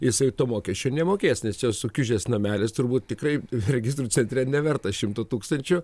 jisai to mokesčio nemokės nes čia sukiužęs namelis turbūt tikrai registrų centre nevertas šimto tūkstančių